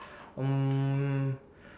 um